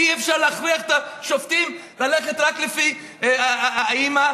אי-אפשר להכריח את השופטים ללכת רק לפי האימא.